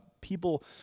people